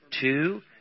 two